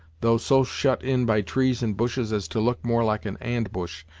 though so shut in by trees and bushes as to look more like an and-bush,